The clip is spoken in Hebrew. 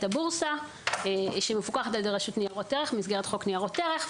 הבורסה שמפוקחת על ידי רשות ניירות ערך במסגרת חוק ניירות ערך,